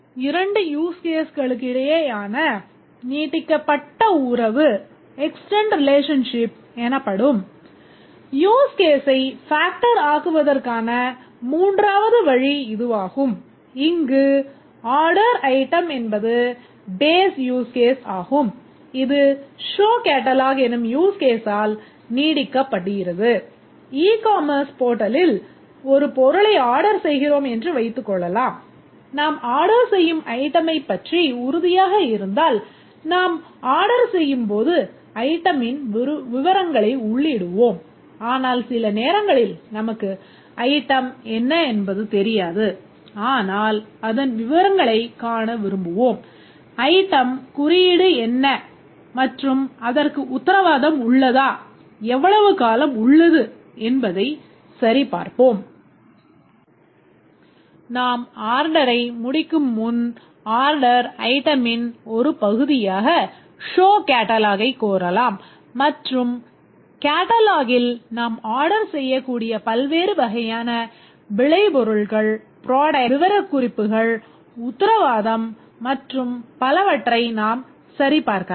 இரண்டு use caseகளுக்கிடையேயான நீட்டிக்கப்பட்ட உறவு விவரக்குறிப்புகள் உத்தரவாதம் மற்றும் பலவற்றை நாம் சரிபார்க்கலாம்